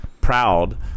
Proud –